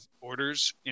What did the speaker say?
orders